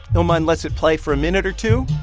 illmind lets it play for a minute or two,